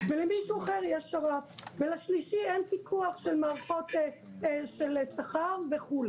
ולמישהו אחר יש שר"פ ולשלישי אין פיקוח של מערכות שכר וכו',